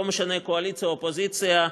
לא משנה קואליציה או אופוזיציה,